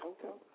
Okay